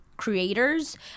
creators